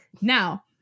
Now